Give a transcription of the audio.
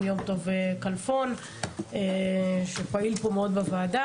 יום טוב כלפון שפעיל פה מאוד בוועדה,